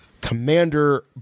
Commander